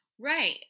Right